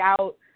out